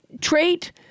trait